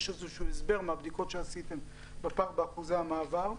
שקשור באחוזי מעבר.